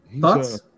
thoughts